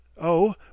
Oh